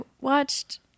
watched